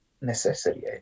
necessary